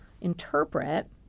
interpret